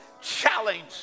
challenge